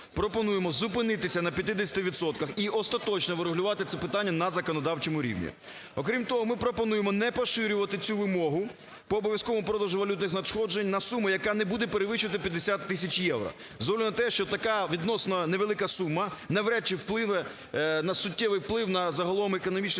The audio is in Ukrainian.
пропонуємо зупинитися на 50 відсотках і остаточно врегулювати це питання на законодавчому рівні. Окрім того, ми пропонуємо не поширювати цю вимогу по обов'язковому продажу валютних надходжень на суму, яка не буде перевищувати 50 тисяч євро. З огляду на те, що така відносно невелика сума навряд чи вплине на суттєвий вплив на загалом економічний